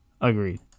agreed